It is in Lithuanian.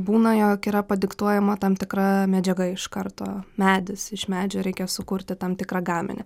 būna jog yra padiktuojama tam tikra medžiaga iš karto medis iš medžio reikia sukurti tam tikrą gaminį